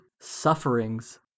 sufferings